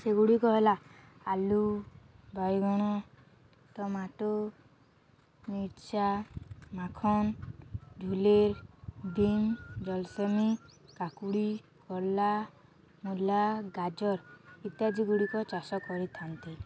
ସେଗୁଡ଼ିକ ହେଲା ଆଳୁ ବାଇଗଣ ଟମାଟୋ ମିର୍ଚା ମାଖନ ଝୁଲିର୍ ବିମ୍ ଜଲସେମୀ କାକୁଡ଼ି କଲରା ମୂଳା ଗାଜର ଇତ୍ୟାଦି ଗୁଡ଼ିକ ଚାଷ କରିଥାନ୍ତି